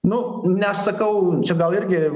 nu nesakau čia gal irgi